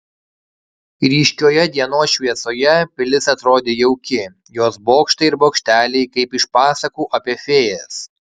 ryškioje dienos šviesoje pilis atrodė jauki jos bokštai ir bokšteliai kaip iš pasakų apie fėjas